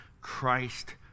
Christ